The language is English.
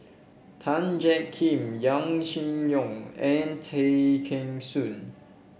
Tan Jiak Kim Yaw Shin Leong and Tay Kheng Soon